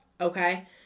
Okay